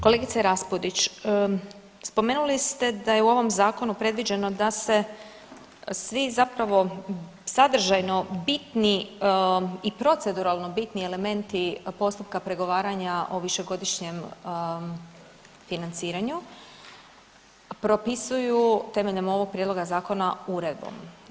Kolegice Raspudić, spomenuli ste da je u ovom zakonu predviđeno da se svi zapravo sadržajno bitni i proceduralno bitni elementi postupka pregovaranja o višegodišnjem financiranju propisuju temeljem ovog prijedloga zakona uredbom.